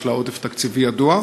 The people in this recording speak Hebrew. יש לה עודף תקציבי ידוע,